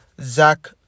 Zach